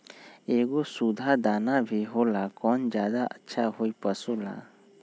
एगो सुधा दाना भी होला कौन ज्यादा अच्छा होई पशु ला?